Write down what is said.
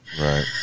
Right